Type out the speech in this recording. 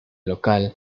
local